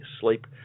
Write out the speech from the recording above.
sleep